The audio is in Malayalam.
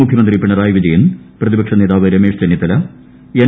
മുഖ്യമന്ത്രി പിണറായി വിജയൻ പ്രതിപക്ഷ നേതാവ് രമേശ് ചെന്നിത്തല എൻ